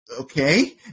Okay